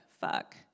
fuck